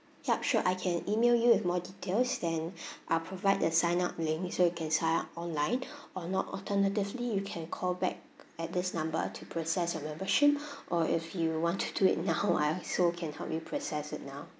yup sure I can email you with more details then I'll provide the sign up link so you can sign up online or not alternatively you can call back at this number to process your membership or if you want to do it now I also can help you process it now